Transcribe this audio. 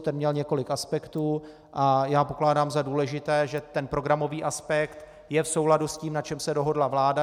Ten měl několik aspektů a já pokládám za důležité, že ten programový aspekt je v souladu s tím, na čem se dohodla vláda.